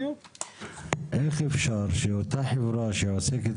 איך אפשר שאותה חברה שעוסקת